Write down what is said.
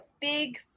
big